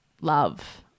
love